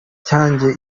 cyanjye